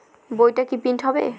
বইটা কি প্রিন্ট হবে?